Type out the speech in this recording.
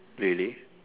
really